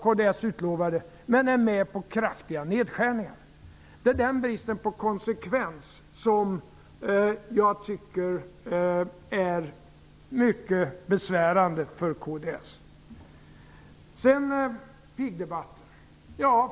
Kds skulle ju slå vakt om sjukvården och äldreomsorgen. Kds är i stället med på kraftiga nedskärningar. Det är den brist på konsekvens som jag tycker är mycket besvärande för kds. Så kommer jag till pigdebatten.